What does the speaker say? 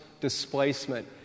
displacement